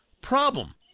problem